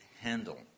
handle